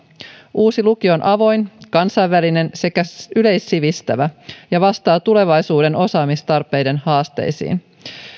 uusi lukio on avoin kansainvälinen sekä yleissivistävä ja vastaa tulevaisuuden osaamistarpeiden haasteisiin